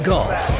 Golf